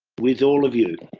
with all of you.